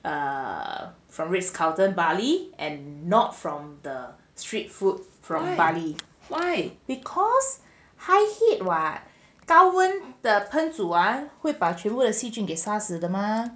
ah Ritz Carlton bali and not from the street food from bali why because high heat [what] 高温的喷煮安会把全部的细菌给杀死的吗